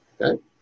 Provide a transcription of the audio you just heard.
okay